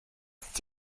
used